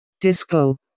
Disco